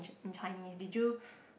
in Chinese did you